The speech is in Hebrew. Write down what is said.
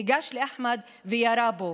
ניגש לאחמד ויורה בו.